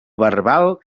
verbal